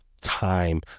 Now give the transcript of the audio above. time